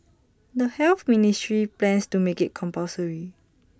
the health ministry plans to make IT compulsory